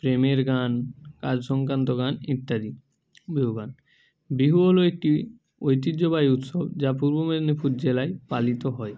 প্রেমের গান কাজ সংক্রান্ত গান ইত্যাদি বিহু গান বিহু হলো একটি ঐতিহ্যবাহী উৎসব যা পূর্ব মেদিনীপুর জেলায় পালিত হয়